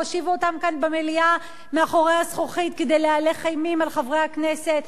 והושיבו אותם כאן במליאה מאחורי הזכוכית כדי להלך אימים על חברי הכנסת,